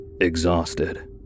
exhausted